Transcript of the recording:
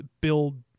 build